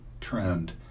trend